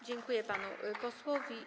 Dziękuję panu posłowi.